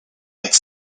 like